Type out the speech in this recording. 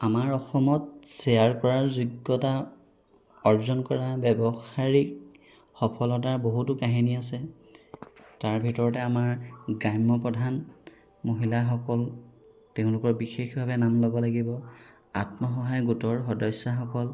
আমাৰ অসমত শ্বেয়াৰ কৰাৰ যোগ্যতা অৰ্জন কৰা ব্যৱসায়িক সফলতাৰ বহুতো কাহিনী আছে তাৰ ভিতৰতে আমাৰ গ্ৰাম্য প্ৰধান মহিলাসকল তেওঁলোকৰ বিশেষভাৱে নাম ল'ব লাগিব আত্মসহায়ক গোটৰ সদস্যাসকল